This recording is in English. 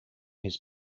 his